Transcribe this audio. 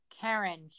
Karen